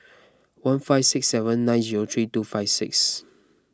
one five six seven nine zero three two five six